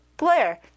Blair